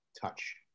touch